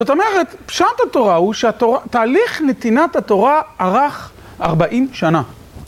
זאת אומרת פשט התורה הוא שהתהליך נתינת התורה ערך 40 שנה.